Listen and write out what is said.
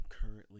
currently